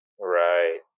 right